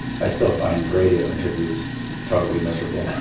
i still find radio interviews totally miserable